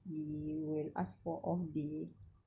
we will ask for off day